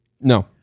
no